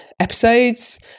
episodes